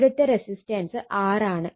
ഇവിടുത്തെ resistance R ആണ്